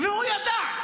הוא ידע,